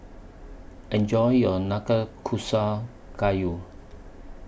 Enjoy your Nanakusa Gayu